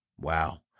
Wow